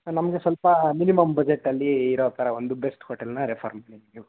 ನಮಗೆ ಸ್ವಲ್ಪ ಮಿನಿಮಮ್ ಬಜೆಟಲ್ಲಿ ಇರೋ ಥರ ಒಂದು ಬೆಸ್ಟ್ ಹೋಟೆಲನ್ನ ರೆಫರ್ ಮಾಡಿ ನೀವು